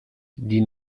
die